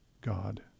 God